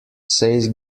say